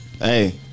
Hey